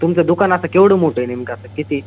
तुमचं दुकान असं केवढं मोठं आहे असं किती